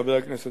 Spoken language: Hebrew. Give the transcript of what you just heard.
חבר הכנסת